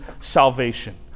salvation